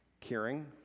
caring